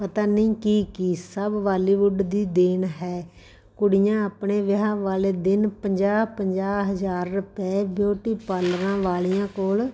ਪਤਾ ਨਹੀਂ ਕੀ ਕੀ ਸਭ ਬਾਲੀਵੁੱਡ ਦੀ ਦੇਣ ਹੈ ਕੁੜੀਆਂ ਆਪਣੇ ਵਿਆਹ ਵਾਲੇ ਦਿਨ ਪੰਜਾਹ ਪੰਜਾਹ ਹਜ਼ਾਰ ਰੁਪਏ ਬਿਊਟੀ ਪਾਰਲਰਾਂ ਵਾਲੀਆਂ ਕੋਲ